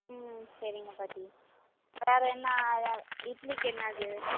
ம் சரிங்க பாட்டி வேறு என்ன அதா இட்லிக்கு என்னது